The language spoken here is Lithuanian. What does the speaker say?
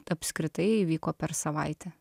apskritai įvyko per savaitę